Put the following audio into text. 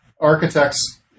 architects